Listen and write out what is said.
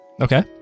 Okay